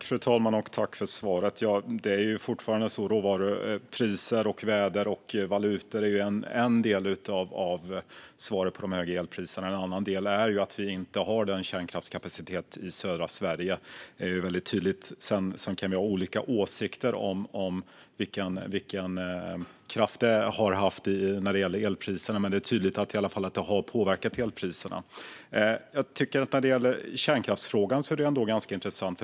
Fru talman! Jag tackar för svaret. Det är fortfarande så att råvarupriser, väder och valutor är en del av svaret på de höga elpriserna. En annan del är att vi inte har kärnkraftskapacitet i södra Sverige. Det är väldigt tydligt. Sedan kan vi ha olika åsikter om vilken betydelse detta har haft när det gäller elpriserna. Men det är tydligt att det i alla fall har påverkat elpriserna. Kärnkraftsfrågan är ganska intressant.